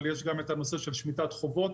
אבל יש גם את הנושא של שמיטת חובות.